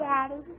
Daddy